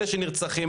אלה שנרצחים,